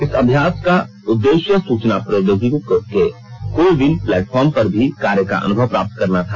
इस अभ्यास का उद्देश्य सूचना प्रौद्योगिकी के को विन प्लेटफॉर्म पर भी कार्य का अनुभव प्राप्त करना था